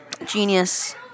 Genius